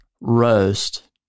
roast